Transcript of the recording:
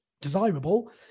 desirable